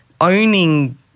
Owning